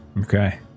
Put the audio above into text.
Okay